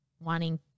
wanting